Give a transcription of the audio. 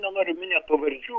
nenorim minėt pavardžių